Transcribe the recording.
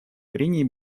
прений